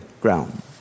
ground